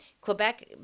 Quebec